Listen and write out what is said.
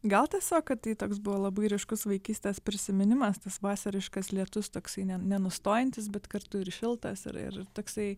gal tiesiog kad tai toks buvo labai ryškus vaikystės prisiminimas tas vasariškas lietus toksai ne nenustojantys bet kartu ir šiltas ir ir toksai